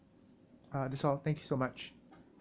uh that's all thank you so much